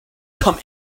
come